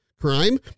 crime